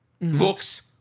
looks